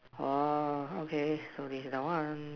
!wah! okay so this the [one]